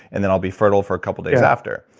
and then i'll be fertile for a couple days after.